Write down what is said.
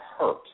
hurt